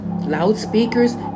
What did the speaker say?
loudspeakers